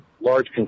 large